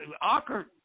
awkward